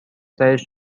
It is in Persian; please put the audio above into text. سرش